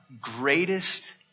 greatest